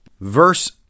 verse